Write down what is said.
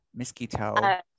Miskito